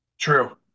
True